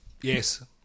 Yes